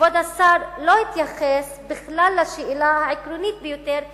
כבוד השר לא התייחס בכלל לשאלה העקרונית ביותר שהעליתי,